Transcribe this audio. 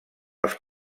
els